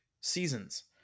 seasons